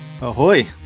Ahoy